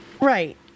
right